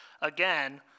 again